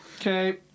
Okay